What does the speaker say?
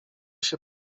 się